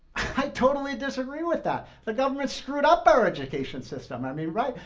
i totally disagree with that. the government screwed up our education system. i mean, right?